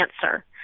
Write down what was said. cancer